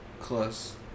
Close